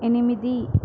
ఎనిమిది